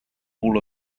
all